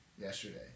yesterday